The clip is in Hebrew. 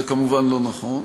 זה כמובן לא נכון,